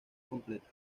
completa